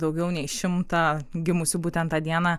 daugiau nei šimtą gimusių būtent tą dieną